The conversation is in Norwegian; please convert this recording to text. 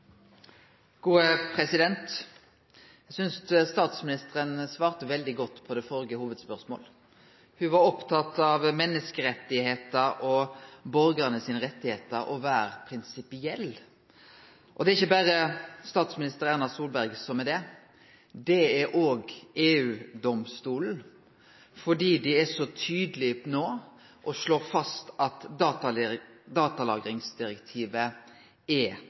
det førre hovudspørsmålet. Ho var oppteken av menneskerettane, borgaranes rettar og av å vere prinsipiell. Det er ikkje berre statsminister Erna Solberg som er det. Det er òg EU-domstolen, fordi han er så tydeleg no og slår fast at datalagringsdirektivet er